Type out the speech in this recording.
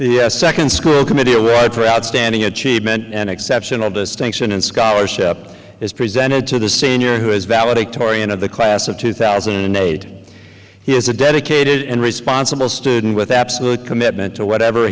the second school committee a world for outstanding achievement an exceptional distinction and scholarship is presented to the senior who is valedictorian of the class of two thousand and eight he is a dedicated and responsible student with absolute commitment to whatever